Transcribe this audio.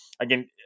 again